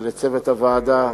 לצוות הוועדה: